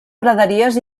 praderies